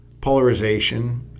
Polarization